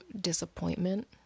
disappointment